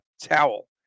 towel